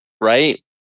right